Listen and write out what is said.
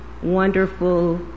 wonderful